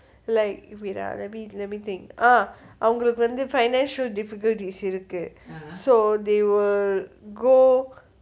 like wait ah let me let me think ah அவுங்களுக்கு வந்து:avungalukku vanthu financial difficulties இருக்கு:irukku so they will go